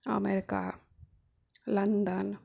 America London